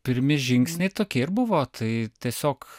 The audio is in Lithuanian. pirmi žingsniai tokie ir buvo tai tiesiog